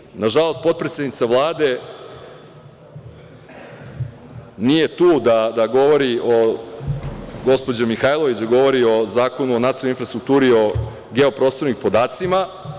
Na kraju, nažalost, potpredsednica Vlade nije tu da govori o, gospođa Mihajlović, da govori o Zakonu o nacionalnoj infrastrukturi, o geoprostornim podacima.